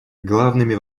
главными